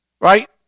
right